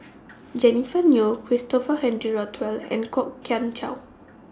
Jennifer Yeo Christopher Henry Rothwell and Kwok Kian Chow